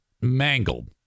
mangled